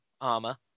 armor